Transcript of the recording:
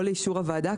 או לאישור הוועדה,